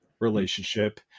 Relationship